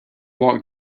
walked